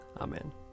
Amen